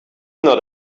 not